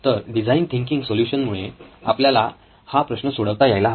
तर design thinking solution मुळे आपल्याला हा हा प्रश्न सोडवता यायला हवा